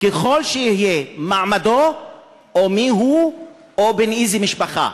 ככל שיהיה מעמדו או מי הוא או בן איזו משפחה.